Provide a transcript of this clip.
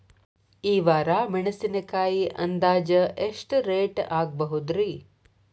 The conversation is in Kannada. ಈ ವಾರ ಮೆಣಸಿನಕಾಯಿ ಅಂದಾಜ್ ಎಷ್ಟ ರೇಟ್ ಆಗಬಹುದ್ರೇ?